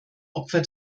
opfer